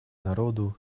народу